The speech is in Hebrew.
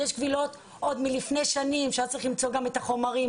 יש קבילות עוד מלפני שנים שהיה צריך למצוא את החומרים,